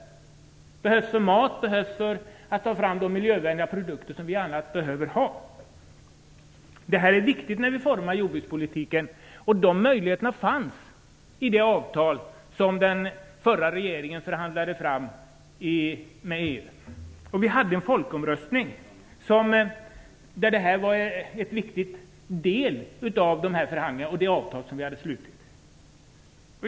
De behövs för mat och för att man skall kunna ta fram de nödvändiga miljövänliga produkterna. Detta är viktigt när vi formar jordbrukspolitiken. Dessa möjligheter fanns i det avtal som den förra regeringen förhandlade fram med EU. Vi hade en folkomröstning, och detta var en viktig del av förhandlingarna och det avtal som vi hade slutit.